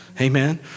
amen